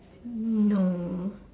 um no